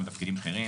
גם בתפקידים בכירים.